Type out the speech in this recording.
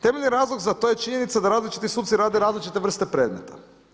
Temeljni razlog za to je činjenica da različiti suci rade različite vrste predmeta.